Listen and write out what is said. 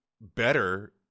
better